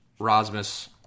Rosmus